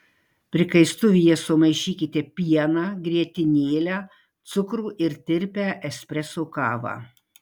prikaistuvyje sumaišykite pieną grietinėlę cukrų ir tirpią espreso kavą